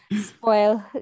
Spoil